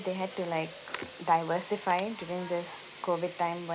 they had to like diversify during this COVID time when